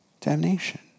damnation